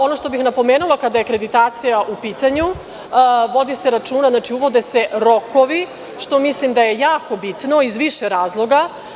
Ono što bih napomenula kada je akreditacija u pitanju, vodi se računa, znači uvode se rokovi, što mislim da je jako bitno iz više razloga.